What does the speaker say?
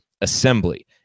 ASSEMBLY